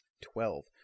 Twelve